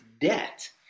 debt